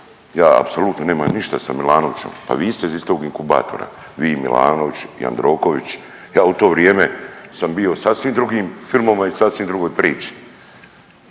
ja apsolutno nemam ništa sa Milanovićem, pa vi ste iz istog inkubatora, vi i Milanović, Jandroković, ja u to vrijeme sam bio sasvim drugim .../Govornik